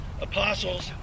apostles